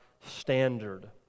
standard